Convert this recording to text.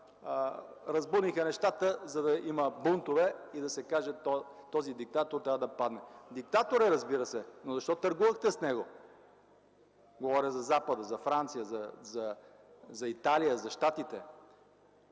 разбуниха нещата, за да има бунтове и да се каже, че този диктатор трябва да падне. Диктатор е, разбира се, но защо търгувахте с него? Говоря за Запада – за Франция, за Италия, за Щатите.